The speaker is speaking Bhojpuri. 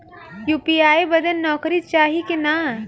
यू.पी.आई बदे नौकरी चाही की ना?